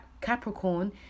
Capricorn